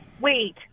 wait